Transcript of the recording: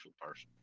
person